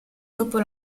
dopo